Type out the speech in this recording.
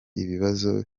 ibibazo